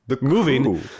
moving